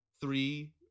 three